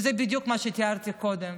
וזה בדיוק מה שתיארתי קודם: